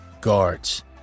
Guards